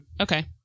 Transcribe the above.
Okay